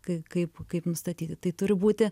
kai kaip kaip nustatyti tai turi būti